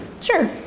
Sure